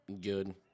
good